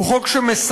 הוא חוק שמסכן,